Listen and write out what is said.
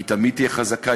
היא תמיד תהיה חזקה,